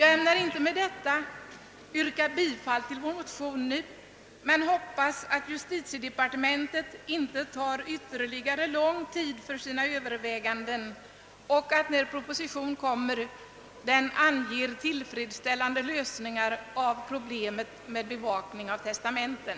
Jag ämnar inte med det anförda nu yrka bifall till vår motion men hoppas att justitiedepartementet inte tar ytterligare lång tid i anspråk för sina överväganden och att propositionen när den kommer skall ange tillfredsställande lösningar av problemet med bevakning av testamenten.